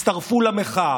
הצטרפו למחאה.